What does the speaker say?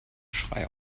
schrei